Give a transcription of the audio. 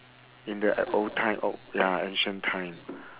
in the old time old ya ancient time